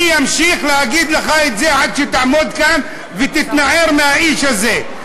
אני אמשיך להגיד לך את זה עד שתעמוד כאן ותתנער מהאיש הזה.